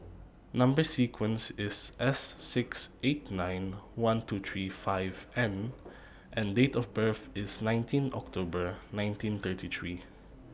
Number sequence IS S six eight nine one two three five N and Date of birth IS nineteen October nineteen thirty three